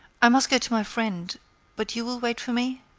i must go to my friend but you will wait for me?